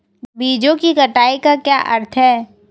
बीजों की कटाई का क्या अर्थ है?